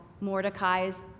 Mordecai's